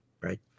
right